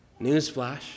Newsflash